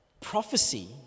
Prophecy